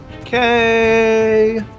Okay